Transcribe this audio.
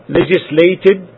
legislated